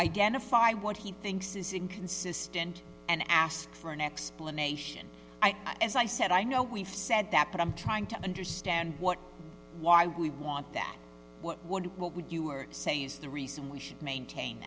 identify what he thinks is inconsistent and ask for an explanation as i said i know we've said that but i'm trying to understand what i really want that what would what would you are saying is the reason we should maintain